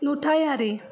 नुथायारि